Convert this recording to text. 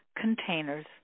containers